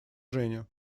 женя